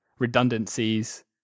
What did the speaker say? Redundancies